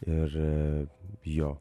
ir jo